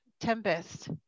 tempest